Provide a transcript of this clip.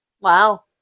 Wow